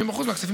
זה מאוד ממוספר.